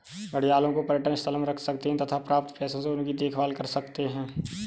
घड़ियालों को पर्यटन स्थल में रख सकते हैं तथा प्राप्त पैसों से उनकी देखभाल कर सकते है